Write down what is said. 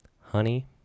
honey